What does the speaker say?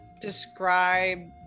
describe